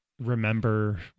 remember